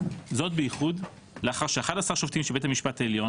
זאת בייחוד לאחר ש-11 שופטים של בית המשפט העליון